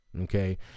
okay